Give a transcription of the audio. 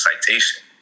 citation